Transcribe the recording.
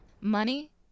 Money